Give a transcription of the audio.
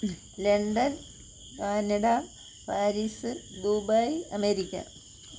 London Canada Paris Dubai America